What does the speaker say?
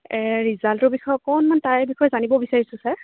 ৰিজাল্টৰ বিষয়ে অকণমান তাৰ বিষয়ে জানিব বিচাৰিছোঁ ছাৰ